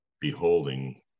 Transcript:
beholding